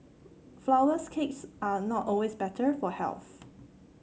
flourless cakes are not always better for health